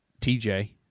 TJ